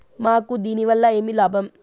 మాకు దీనివల్ల ఏమి లాభం